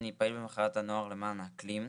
אני פעיל במחאת הנוער למען האקלים,